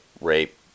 rape